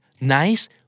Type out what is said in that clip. Nice